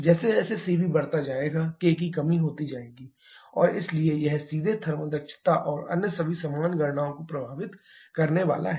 जैसे जैसे Cv बढ़ता जाएगा k की कमी होती जाएगी और इसलिए यह सीधे थर्मल दक्षता और अन्य सभी समान गणनाओं को प्रभावित करने वाला है